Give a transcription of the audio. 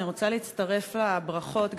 אני רוצה להצטרף לברכות,